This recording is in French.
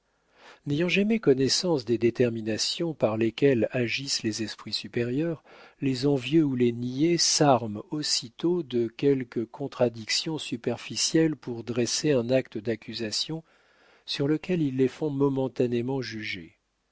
n'ayant jamais connaissance des déterminations par lesquelles agissent les esprits supérieurs les envieux ou les niais s'arment aussitôt de quelques contradictions superficielles pour dresser un acte d'accusation sur lequel ils les font momentanément juger